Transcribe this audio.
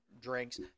drinks